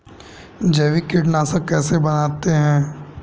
जैविक कीटनाशक कैसे बनाते हैं?